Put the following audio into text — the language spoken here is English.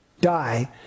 die